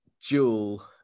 jewel